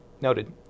Noted